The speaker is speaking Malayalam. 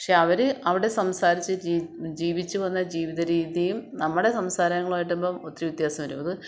പക്ഷെ അവർ അവിടെ സംസാരിച്ചു ജീവിച്ചു വന്ന ജീവിത രീതിയും നമ്മുടെ സംസാരങ്ങളും ആയിട്ടിപ്പോൾ ഒത്തിരി വ്യത്യാസം വരും അത്